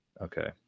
okay